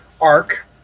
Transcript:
arc